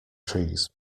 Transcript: trees